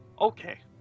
Okay